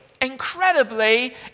incredibly